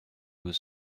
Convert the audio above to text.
was